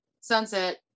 sunset